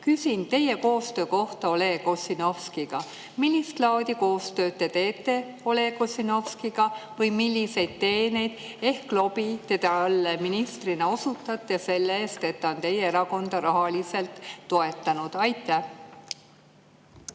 Küsin teie koostöö kohta Oleg Ossinovskiga. Millist laadi koostööd te teete Oleg Ossinovskiga? Milliseid teeneid ehk lobi te talle ministrina teete selle eest, et ta on teie erakonda rahaliselt toetanud? Aitäh,